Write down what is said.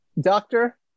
doctor